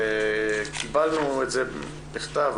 קיבלנו את זה בכתב,